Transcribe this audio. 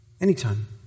Anytime